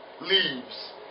leaves